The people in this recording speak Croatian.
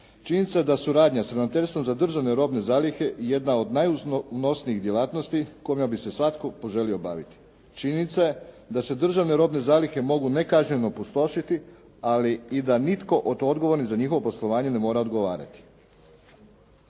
Činjenica je da suradnja s Ravnateljstvom za držane robne zalihe je jedna od najunosnijih djelatnosti kojom bi se svatko poželio baviti. Činjenica je da se državne robne zalihe mogu nekažnjeno pustošiti, ali i da nitko od odgovornih za njihovo poslovanje ne mora odgovarati.